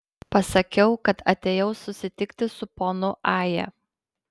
pasakiau kad atėjau susitikti su ponu aja